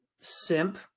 Simp